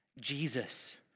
Jesus